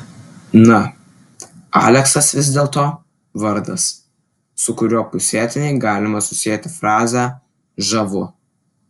na aleksas vis dėlto vardas su kuriuo pusėtinai galima susieti frazę žavu